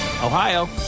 Ohio